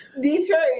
Detroit